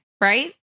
right